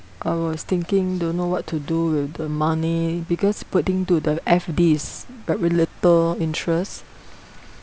I was thinking don't know what to do with the money because putting to the F_D is very little interest